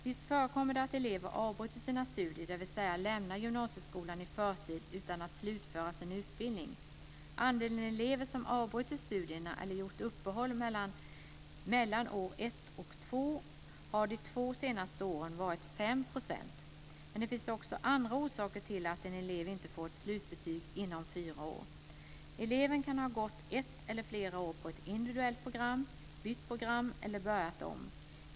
Visst förekommer det att elever avbryter sina studier, dvs. lämnar gymnasieskolan i förtid utan att slutföra sin utbildning. Andelen elever som avbrutit studierna eller gjort uppehåll mellan år 1 och 2 har de två senaste åren varit 5 %. Men det finns också andra orsaker till att en elev inte får ett slutbetyg inom fyra år. Eleven kan ha gått ett eller flera år på ett individuellt program, bytt program eller börjat om.